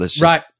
Right